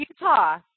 Utah